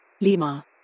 Lima